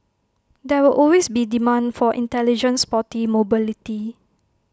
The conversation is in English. there will always be demand for intelligent sporty mobility